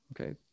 Okay